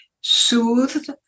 soothed